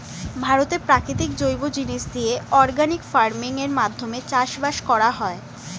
ভারতে প্রাকৃতিক জৈব জিনিস দিয়ে অর্গানিক ফার্মিং এর মাধ্যমে চাষবাস করা হয়